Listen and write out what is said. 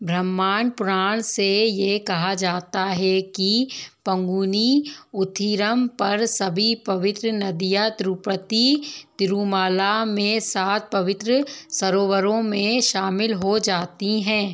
ब्रह्मांड पुराण से ये कहा जाता है कि पंगुनी उथिरम पर सभी पवित्र नदियाँ तिरुपति तिरुमाला में सात पवित्र सरोवरों में शामिल हो जाती हैं